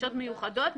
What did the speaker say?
דרישות מיוחדות,